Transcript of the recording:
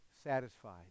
satisfied